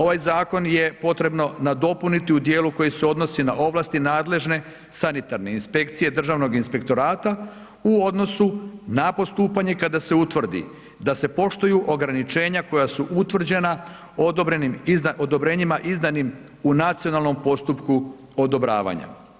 Ovaj zakon je potrebno nadopuniti u dijelu koji se odnosi na ovlasti nadležne sanitarne inspekcije Državnog inspektorata u odnosu na postupanje kada se utvrdi da se poštuju ograničenja koja su utvrđena odobrenim, odobrenjima izdanim u nacionalnom postupku odobravanja.